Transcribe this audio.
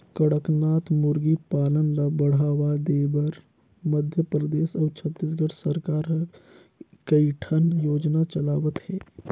कड़कनाथ मुरगी पालन ल बढ़ावा देबर मध्य परदेस अउ छत्तीसगढ़ सरकार ह कइठन योजना चलावत हे